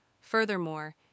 Furthermore